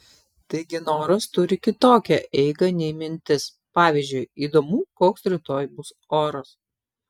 taigi noras turi kitokią eigą nei mintis pavyzdžiui įdomu koks rytoj bus oras